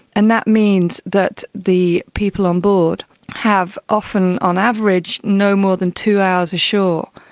and that means that the people on board have often, on average, no more than two hours ashore,